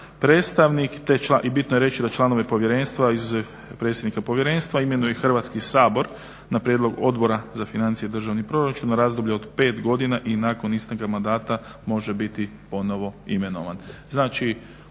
predstavnik. I bitno je reći da članovi Povjerenstva izuzev predsjednika Povjerenstva imenuje Hrvatski sabor na prijedlog Odbora za financije i državni proračun na razdoblje od 5 godina i nakon isteka mandata može biti ponovo imenovan.